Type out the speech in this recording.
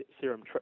serum